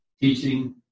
teaching